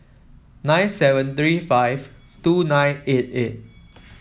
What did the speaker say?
nine seven three five two nine eight eight